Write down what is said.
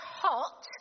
hot